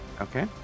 Okay